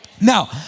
Now